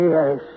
Yes